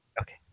Okay